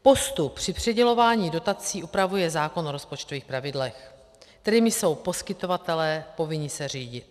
Postup při přidělování dotací upravuje zákon o rozpočtových pravidlech, kterými jsou poskytovatelé povinni se řídit.